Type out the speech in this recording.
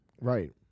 Right